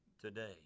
Today